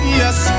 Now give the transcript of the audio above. yes